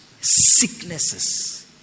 sicknesses